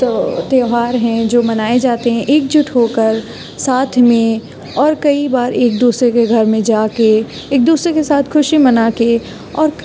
تو تیوہار ہیں جو منائے جاتے ہیں ایک جٹ ہو کر ساتھ میں اور کئی بار ایک دوسرے کے گھر میں جا کے ایک دوسرے کے ساتھ خوشی منا کے اور